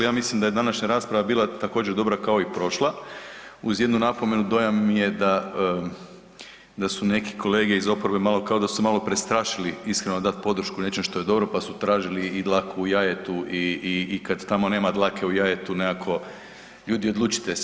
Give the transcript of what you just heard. Ja mislim da je današnja rasprava bila također, dobra kao i prošla, uz jednu napomenu, dojam je da su neki kolege iz oporbe, malo, kao su se malo prestrašili iskreno dati podršku nečemu što je dobro pa su tražili i dlaku u jajetu i kad tamo nema dlake u jajetu, nekako, ljudi, odlučite se.